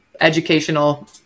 educational